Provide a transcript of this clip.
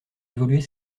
évoluer